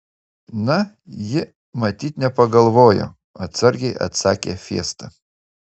na ji matyt nepagalvojo atsargiai atsakė fiesta